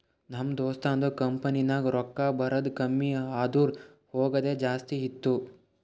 ನಮ್ ದೋಸ್ತದು ಕಂಪನಿನಾಗ್ ರೊಕ್ಕಾ ಬರದ್ ಕಮ್ಮಿ ಆದೂರ್ ಹೋಗದೆ ಜಾಸ್ತಿ ಇತ್ತು